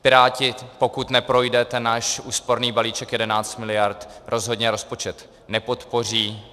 Piráti, pokud neprojde ten náš úsporný balíček 11 miliard, rozhodně rozpočet nepodpoří.